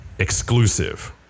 Exclusive